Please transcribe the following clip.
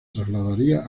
trasladaría